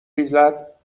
ریزد